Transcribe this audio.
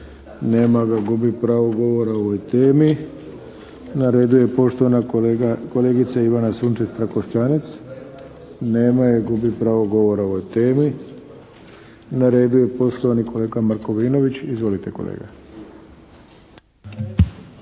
Nema ga, gubi pravo govora o ovoj temi. Na redu je poštovana kolegica Ivana Sučec-Trakoštanec. Nema je, gubi pravo govora o ovoj temi. Na redu je poštovani kolega Markovinović. Izvolite kolega.